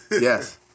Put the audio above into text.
Yes